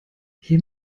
hier